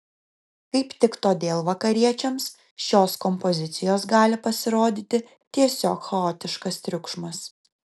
kaip tik todėl vakariečiams šios kompozicijos gali pasirodyti tiesiog chaotiškas triukšmas